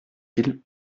ils